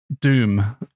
Doom